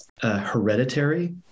hereditary